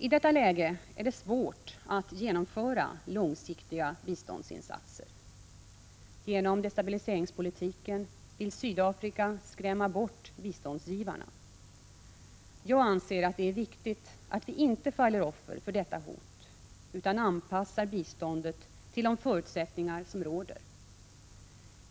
I detta läge är det svårt att genomföra långsiktiga biståndsinsatser. Genom destabiliseringspolitiken vill Sydafrika skrämma bort biståndsgivarna. Jag anser att det är viktigt att vi inte faller offer för detta hot, utan anpassar biståndet till de förutsättningar som råder.